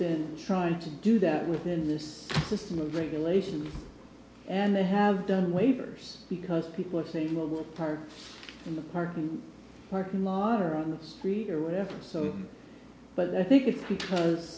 been trying to do that within this system of regulation and they have done waivers because people think it will park in the parking parking lot or on the street or whatever so but i think it's because